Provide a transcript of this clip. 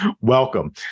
Welcome